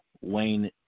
Wayne